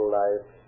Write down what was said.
life